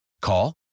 Call